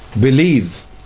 believe